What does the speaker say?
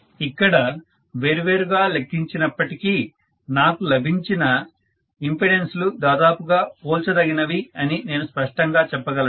ఇక్కడ వేర్వేరుగా లెక్కించినప్పటికీ నాకు లభించిన ఇంపెడెన్స్ లు దాదాపుగా పోల్చదగినవి అని నేను స్పష్టంగా చెప్పగలను